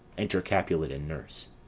enter capulet and nurse.